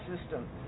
system